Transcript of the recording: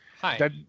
Hi